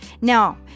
Now